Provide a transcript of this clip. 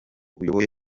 uyoboye